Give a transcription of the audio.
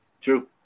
True